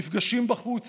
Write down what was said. נפגשים בחוץ,